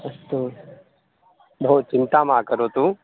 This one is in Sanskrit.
अस्तु बहु चिन्ता मा करोतु